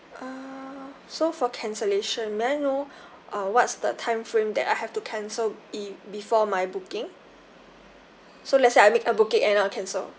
err so for cancellation may I know uh what's the time frame that I have to cancel it before my booking so let's say I make a booking and I cancel